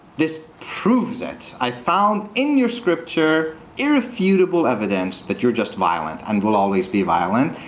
this proves it. i found in your scripture irrefutable evidence that you're just violent, and will always be violent.